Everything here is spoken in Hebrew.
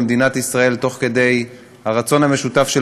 במדינת ישראל,